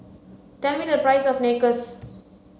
tell me the price of Nachos